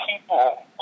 people